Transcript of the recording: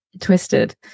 twisted